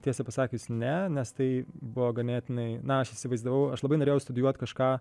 tiesą pasakius ne nes tai buvo ganėtinai na aš įsivaizdavau aš labai norėjau studijuot kažką